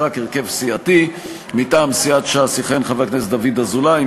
רק הרכב סיעתי: מטעם סיעת ש"ס יכהן חבר הכנסת דוד אזולאי,